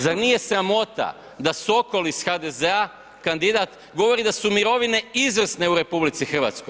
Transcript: Zar nije sramota da Sokol iz HDZ-a, kandidat, govori da su mirovine izvrsne u RH.